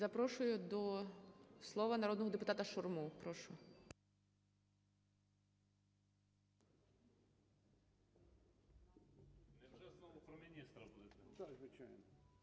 Запрошую до слова народного депутата Шурму. Прошу.